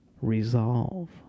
resolve